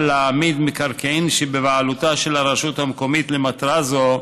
להעמיד מקרקעין שבבעלותה של הרשות המקומית למטרה זו,